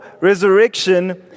resurrection